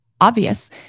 obvious